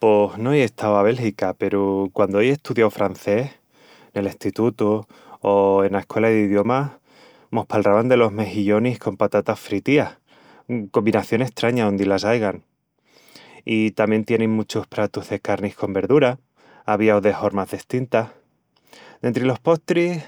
Pos no ei estau a Bélgica, peru quandu ei estudiau francés, nel estitutu o ena escuela d'idiomas, mos palravan delos mexillonis con patatas fritías, combinación estraña ondi las aigan... i tamién tienin muchus pratus de carnis con verdura, avíaus de hormas destintas. Dentri los postris,